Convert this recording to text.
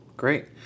Great